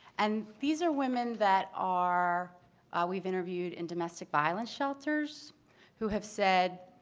and these are women that are we've interviewed in domestic violence shelters who have said,